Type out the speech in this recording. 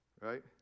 Right